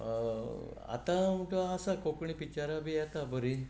आतां म्हूण तूं आसा कोंकणी पिक्चरां बी येतात बरीं